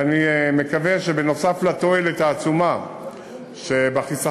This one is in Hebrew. ואני מקווה שנוסף על התועלת העצומה שבחיסכון